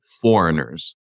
foreigners